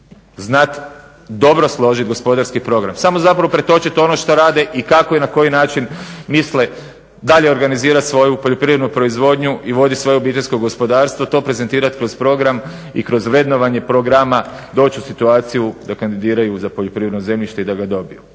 znati dobro složiti gospodarski program, samo zapravo pretočiti ono što rade i kako i na koji način misle dalje organizirati svoju poljoprivrednu proizvodnju i voditi svoje obiteljsko gospodarstvo, to prezentirati kroz program i kroz vrednovanje programa, doći u situaciju da kandidiraju za poljoprivredno zemljište i da ga dobiju.